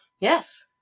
Yes